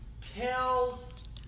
tells